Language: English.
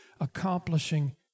accomplishing